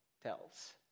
tells